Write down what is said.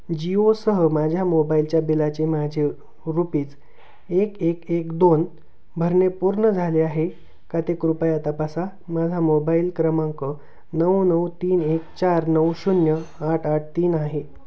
जिओसह माझ्या मोबाईलच्या बिलाचे माझे रुपीज एक एक एक दोन भरणे पूर्ण झाले आहे का ते कृपया तपासा माझा मोबाईल क्रमांक नऊ नऊ तीन एक चार नऊ शून्य आठ आठ तीन आहे